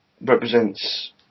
represents